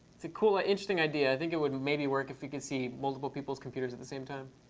it's a cool, ah interesting idea. i think it would maybe work if you could see multiple people's computers at the same time.